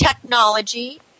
technology